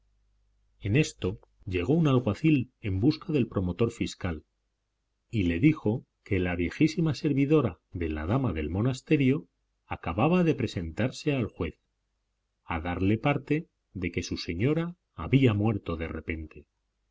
en esto llegó un alguacil en busca del promotor fiscal y le dijo que la viejísima servidora de la dama del monasterio acababa de presentarse al juez a darle parte de que su señora había muerto de repente